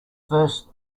first